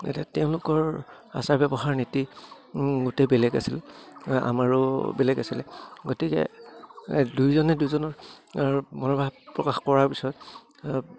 এতিয়া তেওঁলোকৰ আচাৰ ব্যৱহাৰ নীতি গোটেই বেলেগ আছিল আমাৰো বেলেগ আছিলে গতিকে দুইজনে দুজনৰ মনোভাৱ প্ৰকাশ কৰাৰ পিছত